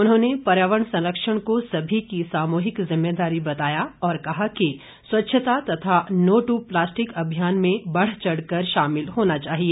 उन्होंने पर्यावरण संरक्षण को सभी की सामूहिक जिम्मेदारी बताया और कहा कि स्वच्छता तथा नो दू प्लास्टिक अभियान में बढ़चढ़ कर शामिल होना चाहिए